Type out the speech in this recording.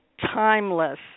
Timeless